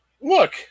look